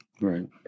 Right